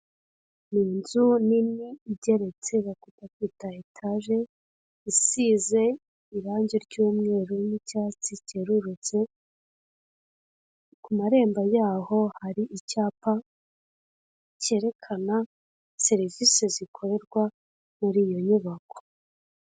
Inzu nini igeretse bakunda kwita etaje isize irangi ry'umweru n'icyatsi cyerurutse, ku marembo yaho hari icyapa cyerekana serivisi zikorerwa muri iyo nyubako.